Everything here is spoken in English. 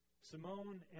Simone